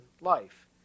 life